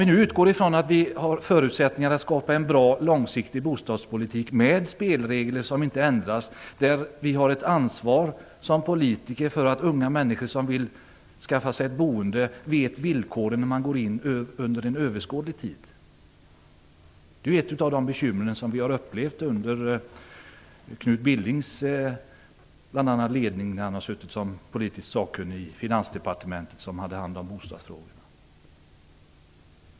Vi utgår ifrån att vi har förutsättningar att skapa en bra och långsiktig bostadspolitik med spelregler som inte ändras och där vi som politiker har ett ansvar för att unga människor som vill skaffa sig ett eget boende vet vilka villkoren som gäller för detta under en överskådlig tid. Det är ett av de bekymmer vi upplevde under bl.a. Knut Billings ledning när han satt som politiskt sakkunnig i Finansdepartementet som hade hand om bostadsfrågor.